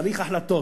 צריך החלטות,